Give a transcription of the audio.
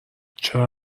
چرا